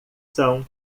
são